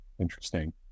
Interesting